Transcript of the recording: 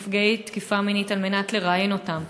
נפגעי תקיפה מינית על מנת לראיין אותם,